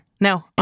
No